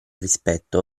rispetto